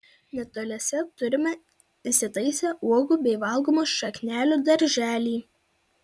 netoliese turime įsitaisę uogų bei valgomų šaknelių darželį